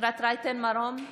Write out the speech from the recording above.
אפרת רייטן מרום,